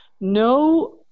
no